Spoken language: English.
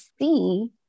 see